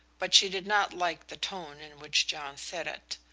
but she did not like the tone in which john said it.